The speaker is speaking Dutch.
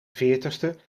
veertigste